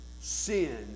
Sin